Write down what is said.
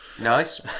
nice